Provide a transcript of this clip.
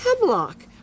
Hemlock